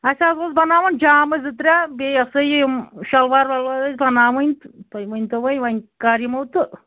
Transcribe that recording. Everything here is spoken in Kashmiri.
اَسہِ حظ اوس بَناوُن جامہٕ زٕ ترٛےٚ بیٚیہِ یہِ ہسا یہِ یِم شَلوار ولوار ٲسۍ بَناوٕنۍ تُہۍ ؤنۍتو وۅنۍ کَر یِمو تہٕ